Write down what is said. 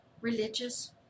religious